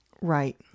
right